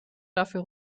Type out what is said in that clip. dafür